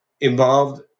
involved